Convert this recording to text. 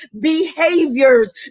behaviors